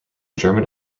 german